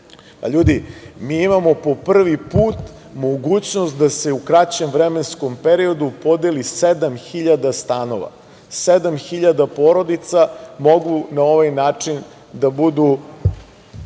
ljudi mi imamo po prvi put mogućnost da se u kraćem vremenskom periodu podeli 7.000 stanova, 7.000 porodica mogu na ovaj način da reše